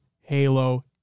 Halo